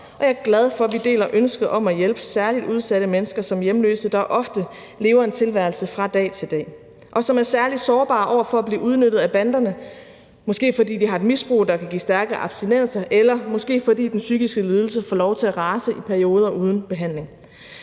jeg er glad for, at vi deler ønsket om at hjælpe særligt udsatte mennesker som hjemløse, der ofte lever en tilværelse fra dag til dag, og som er særlig sårbare over for at blive udnyttet af banderne, måske fordi de har et misbrug, der kan give stærke abstinenser, eller måske fordi den psykiske lidelse får lov til at rase i perioder uden behandling.